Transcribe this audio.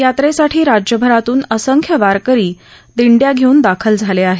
यात्रेसाठी राज्यभरातून असंख्य वारकरी दिंड्या घेऊन दाखल झाले आहेत